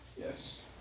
Yes